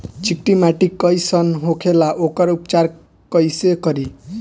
चिकटि माटी कई सन होखे ला वोकर उपचार कई से करी?